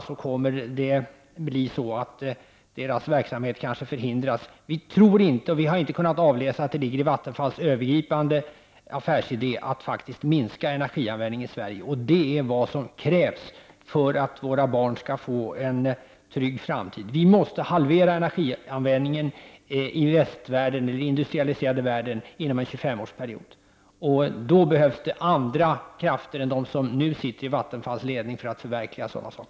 Vi har inte kunnat avläsa och tror inte att det ligger i Vattenfalls övergripande affärsidé att faktiskt minska energianvändningen i Sverige, och det är vad som krävs för att våra barn skall få en trygg framtid. Vi måste halvera energianvändningen i den industrialiserade världen inom en 25-årsperiod. Det behövs andra krafter än de som nu sitter i Vattenfalls ledning för att förverkliga en sådan sak.